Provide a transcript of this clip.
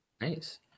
nice